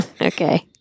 Okay